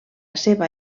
seva